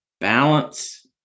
balance